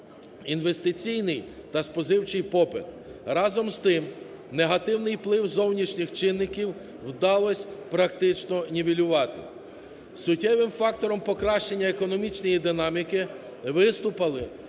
інвестиційний та споживчий попит. Разом з тим, негативний вплив зовнішніх чинників вдалось практично нівелювати. Суттєвим фактором покращення економічної динаміки виступили